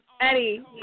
Eddie